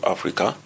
Africa